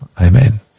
Amen